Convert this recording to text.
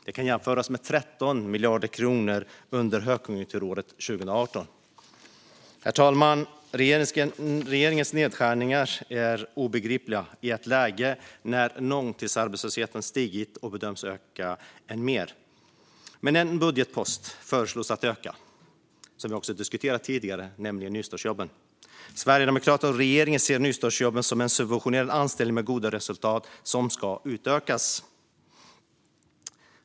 Det kan jämföras med 13 miljarder kronor under högkonjunkturåret 2018. Herr talman! Regeringens nedskärningar är obegripliga i ett läge när långtidsarbetslösheten stigit och bedöms öka än mer. Men en budgetpost föreslås öka - som vi också diskuterat tidigare - nämligen för nystartsjobben. Sverigedemokraterna och regeringen ser nystartsjobben som en subventionerad anställning med goda resultat som ska utökas.